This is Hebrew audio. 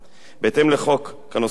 בהתאם לחוק כנוסחו היום,